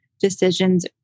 decisions